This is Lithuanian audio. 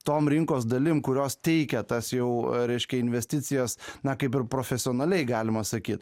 tom rinkos dalim kurios teikia tas jau reiškia investicijas na kaip ir profesionaliai galima sakyt